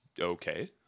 okay